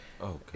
okay